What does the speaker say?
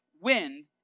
wind